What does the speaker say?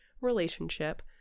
relationship